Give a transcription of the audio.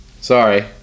sorry